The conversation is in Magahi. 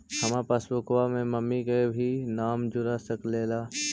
हमार पासबुकवा में मम्मी के भी नाम जुर सकलेहा?